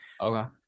Okay